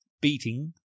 beating